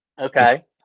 Okay